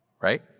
Right